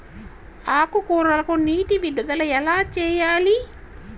ఆకుకూరలకు నీటి విడుదల ఎలా చేయాలి?